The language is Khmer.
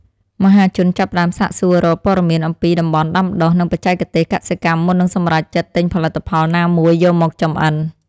មហាជនចាប់ផ្តើមសាកសួររកព័ត៌មានអំពីតំបន់ដាំដុះ និងបច្ចេកទេសកសិកម្មមុននឹងសម្រេចចិត្តទិញផលិតផលណាមួយយកមកចម្អិន។